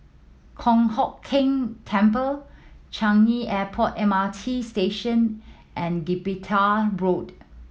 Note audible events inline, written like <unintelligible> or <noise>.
Kong Hock Keng Temple Changi Airport M R T Station and Gibraltar <unintelligible> Road